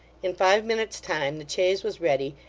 in five minutes' time the chaise was ready,